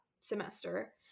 semester